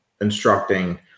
instructing